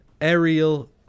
Aerial